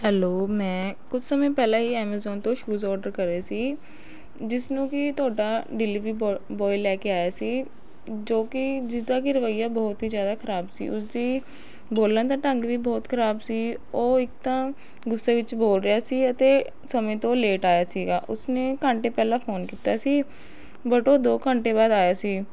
hello ਮੈਂ ਕੁਛ ਸਮਾਂ ਪਹਿਲਾਂ ਹੀ ਐਮਾਜ਼ੋਨ ਤੋਂ ਸ਼ੂਜ ਔਡਰ ਕਰੇ ਸੀ ਜਿਸਨੂੰ ਕਿ ਤੁਹਾਡਾ ਡਿਲੀਵਰੀ ਬੋ ਬੋਏ ਲੈ ਕੇ ਆਇਆ ਸੀ ਜੋ ਕਿ ਜਿਸਦਾ ਕਿ ਰਵੱਈਆ ਬਹੁਤ ਹੀ ਜ਼ਿਆਦਾ ਖਰਾਬ ਸੀ ਉਸਦੀ ਬੋਲਣ ਦਾ ਢੰਗ ਵੀ ਬਹੁਤ ਖਰਾਬ ਸੀ ਉਹ ਇੱਕ ਤਾਂ ਗੁੱਸੇ ਵਿੱਚ ਬੋਲ ਰਿਹਾ ਸੀ ਅਤੇ ਸਮੇਂ ਤੋਂ ਲੇਟ ਆਇਆ ਸੀਗਾ ਉਸਨੇ ਘੰਟੇ ਪਹਿਲਾਂ ਫ਼ੋਨ ਕੀਤਾ ਸੀ ਬਟ ਉਹ ਦੋ ਘੰਟੇ ਬਾਅਦ ਆਇਆ ਸੀ